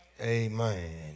Amen